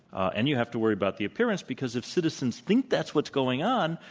and you have to worry about the appearance because if citizens think that's what's going on,